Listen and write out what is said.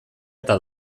eta